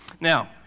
Now